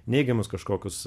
neigiamus kažkokius